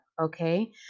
okay